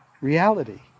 reality